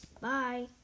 Bye